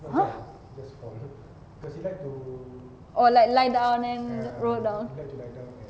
!huh! oh like lie down and rolled down